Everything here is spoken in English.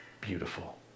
beautiful